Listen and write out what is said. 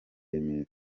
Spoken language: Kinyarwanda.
remera